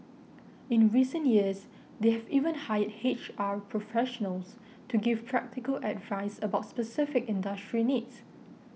in recent years they have even hired H R professionals to give practical advice about specific industry needs